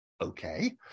okay